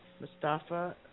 Mustafa